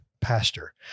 pastor